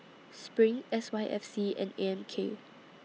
SPRING S Y F C and A M K